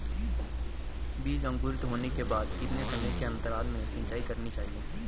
बीज अंकुरित होने के बाद कितने समय के अंतराल में सिंचाई करनी चाहिए?